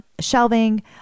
shelving